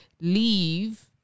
leave